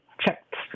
checked